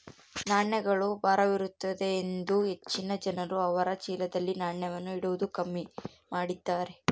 ನಾಣ್ಯಗಳು ಭಾರವಿರುತ್ತದೆಯೆಂದು ಹೆಚ್ಚಿನ ಜನರು ಅವರ ಚೀಲದಲ್ಲಿ ನಾಣ್ಯವನ್ನು ಇಡುವುದು ಕಮ್ಮಿ ಮಾಡಿದ್ದಾರೆ